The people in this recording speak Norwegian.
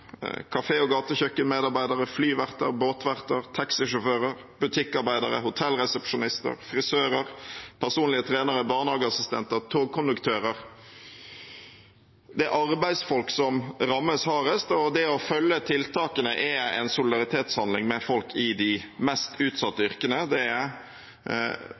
og gatekjøkkenmedarbeidere, flyverter, båtverter, taxisjåfører, butikkarbeidere, hotellresepsjonister, frisører, personlige trenere, barnehageassistenter, togkonduktører. Det er arbeidsfolk som rammes hardest, og det å følge tiltakene er en handling i solidaritet med folk i de mest utsatte yrkene. Det er